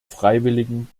freiwilligen